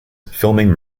filming